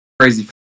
crazy